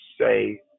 say